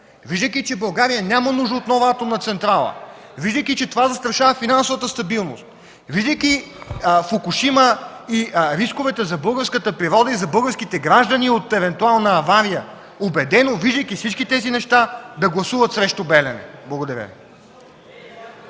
виждайки, че България няма нужда от нова атомна централа, виждайки, че това застрашава финансовата стабилност, виждайки „Фукушима” и рисковете за българската природа и за българските граждани от евентуална авария, виждайки всички тези неща, убедено да гласуват срещу „Белене”. Благодаря